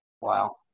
Wow